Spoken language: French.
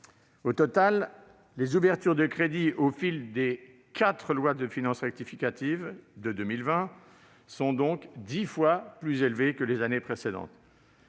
Au total, les ouvertures de crédits au fil des quatre lois de finances rectificatives de 2020 sont dix fois plus élevées que les années précédentes.